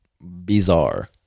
bizarre